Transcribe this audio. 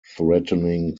threatening